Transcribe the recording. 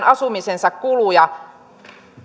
asumisen kuluja